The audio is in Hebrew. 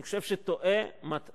אני חושב שהוא טועה ומטעה,